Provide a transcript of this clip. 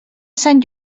sant